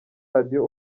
radio